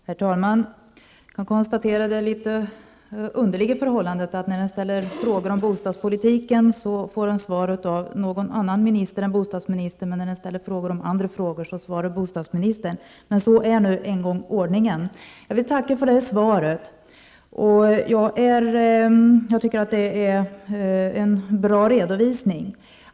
Herr talman! Jag konstaterar det något underliga förhållandet att när man ställer frågor om bostadspolitiken, får man svar av någon annan minister än bostadsministern, men när man frågar om annat, så svarar bostadsministern. Så är nu en gång ordningen. Jag vill tacka för svaret. Jag tycker att det är en bra redovisning.